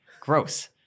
Gross